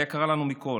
היקרה לנו מכול.